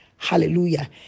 Hallelujah